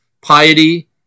piety